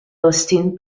austin